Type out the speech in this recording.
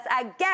again